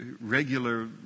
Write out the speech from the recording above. regular